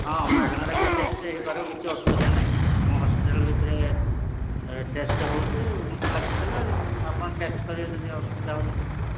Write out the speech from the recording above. ହଁ ମାଗଣାରେ ବି ଟେଷ୍ଟ୍ ହେଇପାରିବ କିଛି ଅସୁବିଧା ନାହିଁ ଆମ ହସ୍ପିଟାଲ୍ ଭିତରେ ଟେଷ୍ଟ୍ ହେଉଛି ମୁଁ ରଖିଦେଲେ ଆପଣ ଟେଷ୍ଟ୍ କରିବେ ଯଦି ଅସୁବିଧା ହେଉଛି କିଛି